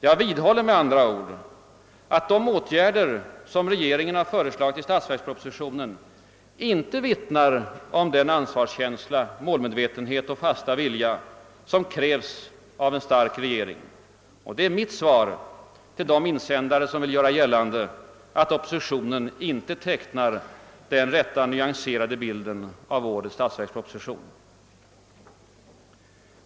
Jag vidhåller med andra ord att de åtgärder regeringen föreslagit i statsverkspropositionen icke vittnar om den ansvarskänsla, målmedvetenhet och fasta vilja som krävs av en stark regering. Det är mitt svar till den insändare som vill göra gällande att oppositionen inte tecknar den rätta, nyanserade bilden av årets statsverksproposition.